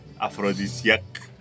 aphrodisiac